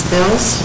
Bills